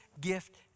gift